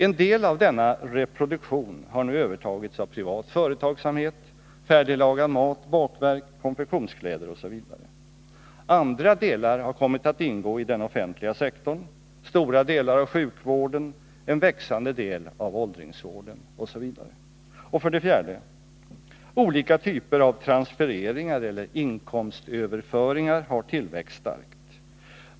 En del av denna reproduktion har nu övertagits av privat företagsamhet — färdiglagad mat, bakverk, konfektionskläder osv. Andra delar har kommit att ingå i den offentliga sektorn — stora delar av sjukvården, en växande del av åldringsvården osv. 4. Olika typer av transfereringar eller inkomstöverföringar har tillväxt starkt.